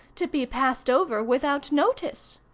to be passed over without notice.